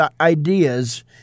ideas